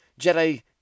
Jedi